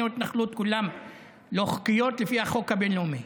ההתנחלויות כולן לא חוקיות לפי החוק הבין-לאומי.